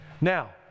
Now